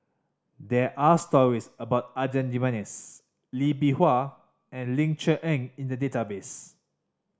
there are stories about Adan Jimenez Lee Bee Wah and Ling Cher Eng in the database